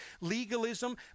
Legalism